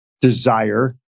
desire